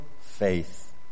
faith